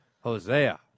Hosea